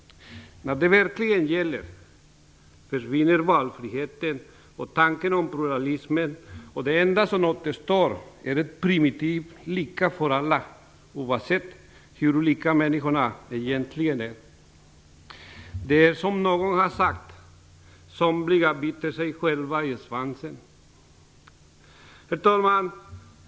När det verkligen gäller försvinner valfriheten och tanken på pluralismen. Det enda som återstår är ett primitivt "lika för alla", oavsett hur olika människorna egentligen är. Det är som någon har sagt: Somliga biter sig själva i svansen. Herr talman!